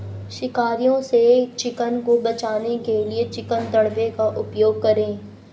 शिकारियों से चिकन को बचाने के लिए चिकन दड़बे का उपयोग करें